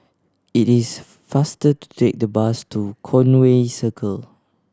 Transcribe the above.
it is faster to take the bus to Conway Circle